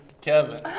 Kevin